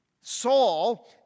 Saul